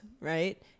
right